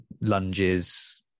lunges